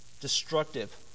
destructive